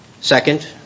Second